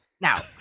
Now